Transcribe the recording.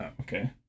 Okay